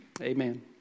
Amen